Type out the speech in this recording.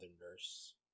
nurse